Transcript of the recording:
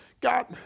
God